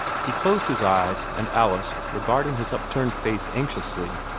he closed his eyes and alice, regarding his upturned face anxiously,